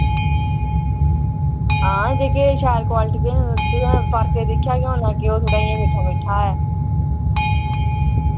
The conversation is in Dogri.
हां जेह्के शैल क्वालिटी दे न तुसें फर्क दिक्खेआ गै होना के ओह् थोह्ड़ा इ'यां मिट्ठा मिट्ठा ऐ